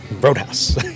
Roadhouse